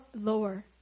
lower